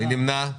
מי נמנע?